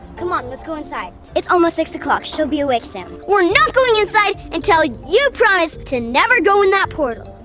come on let's go inside. it's almost six o'clock. she'll be awake soon. we're not going inside until ah you promise to never go in that portal!